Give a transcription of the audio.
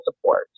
support